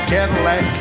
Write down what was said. Cadillac